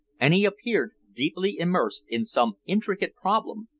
and he appeared deeply immersed in some intricate problem,